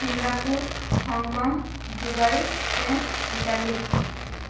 Singapore Hong Kong Dubai Spain Italy